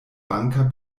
banka